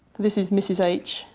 this is mrs h,